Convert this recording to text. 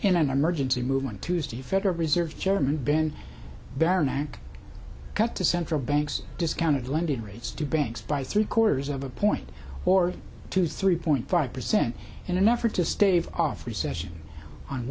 in an emergency movement tuesday federal reserve chairman ben bernanke cut to central banks discounted lending rates to banks by three quarters of a point or two three point five percent in an effort to stave off recession on